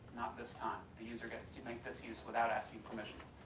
this time. the user gets to make this use without asking permission.